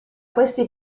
questi